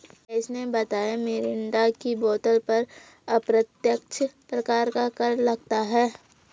महेश ने बताया मिरिंडा की बोतल पर अप्रत्यक्ष प्रकार का कर लगता है